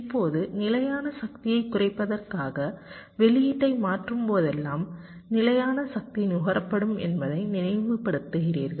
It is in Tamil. இப்போது நிலையான சக்தியைக் குறைப்பதற்காக வெளியீட்டை மாற்றும்போதெல்லாம் நிலையான சக்தி நுகரப்படும் என்பதை நீங்கள் நினைவுபடுத்துகிறீர்கள்